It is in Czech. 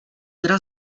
teda